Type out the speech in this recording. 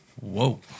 whoa